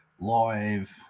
live